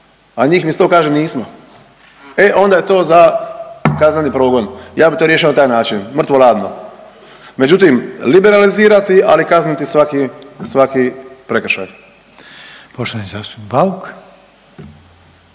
a njih mi 100 kaže nismo. E onda je to za kazneni progon, ja bih to riješio na taj način mrtvo 'ladno. Međutim, liberalizirati, ali kazniti svaki prekršaj.